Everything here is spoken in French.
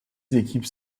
équipes